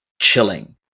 chilling